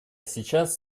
сейчас